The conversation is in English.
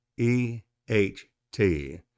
E-H-T